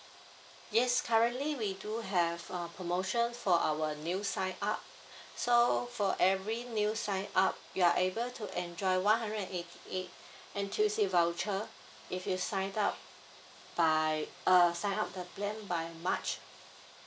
yes currently we do have a promotion for our new sign up so for every new sign up you are able to enjoy one hundred and eighty eight N_T_U_C voucher if you sign up by uh sign up the plan by march